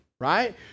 right